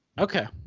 Okay